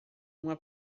uma